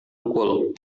pukul